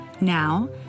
Now